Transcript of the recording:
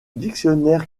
dictionnaire